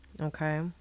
Okay